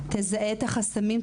תזהה את החסמים,